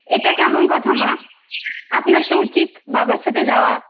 এটা কেমন কথা মা আপনার তো উচিৎ বাবার সাথে যাওয়া